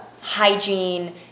hygiene